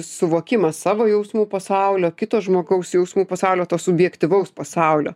suvokimas savo jausmų pasaulio kito žmogaus jausmų pasaulio to subjektyvaus pasaulio